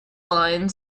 line